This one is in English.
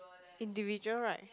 individual right